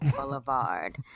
boulevard